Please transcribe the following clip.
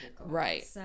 Right